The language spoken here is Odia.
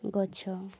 ଗଛ